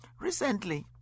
Recently